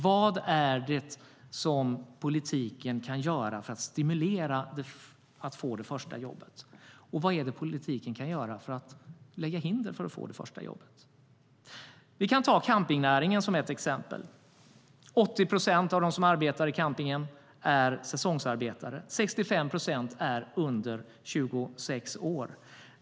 Vad kan politiken göra för att stimulera att man får det första jobbet? Vad kan politiken göra för att lägga hinder för att man får det första jobbet? Låt oss ta campingnäringen som ett exempel. 80 procent av dem som jobbar inom camping är säsongsarbetare. 65 procent är under 26 år.